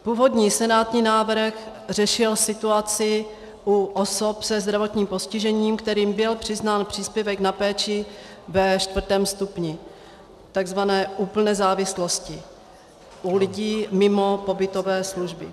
Původní senátní návrh řešil situaci u osob se zdravotním postižením, kterým byl přiznán příspěvek na péči ve IV. stupni, tzv. úplné závislosti, u lidí mimo pobytové služby.